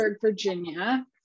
Virginia